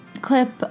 clip